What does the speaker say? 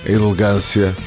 elegância